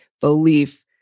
belief